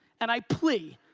and i plea,